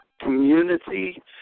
community